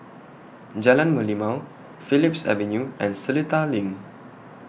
Jalan Merlimau Phillips Avenue and Seletar LINK